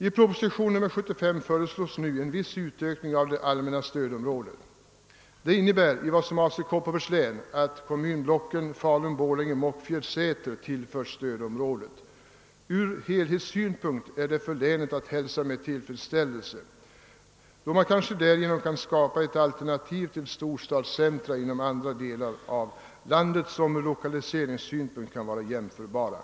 I proposition 75 föreslås ju en viss utökning av det allmänna stödområdet. Det innebär beträffande Kopparbergs län att kommunblocken Falun, Borlänge, Mockfjärd och Säter tillförs stödområdet. Från länets helhetssynpunkt är detta att hälsa med tillfredsställelse, då det därigenom kan skapas ett alternativ till storstadscentra i andra om råden av landet, som från lokaliseringssynpunkt kan vara jämförbara.